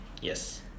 yes